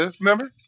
Remember